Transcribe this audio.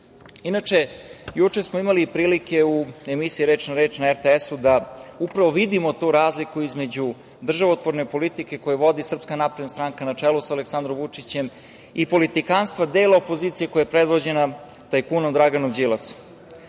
juče smo imali prilike u emisiji „Reč na reč“ na RTS-u da upravo vidimo tu razliku između državotvorne politike koju vodi SNS na čelu sa Aleksandrom Vučićem i politikanstva dela opozicije koja je predvođena tajkunom Draganom Đilasom.